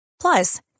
plus